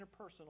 interpersonal